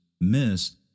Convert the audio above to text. miss